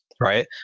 Right